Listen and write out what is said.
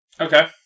Okay